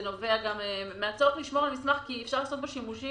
זה נובע גם מכך שאפשר לעשות בו שימושים